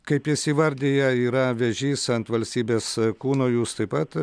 kaip jis įvardija yra vėžys ant valstybės kūno jūs taip pat